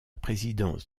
présidence